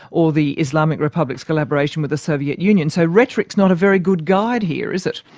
or the islamic republic's collaboration with the soviet union, so rhetoric's not a very good guide, here is it?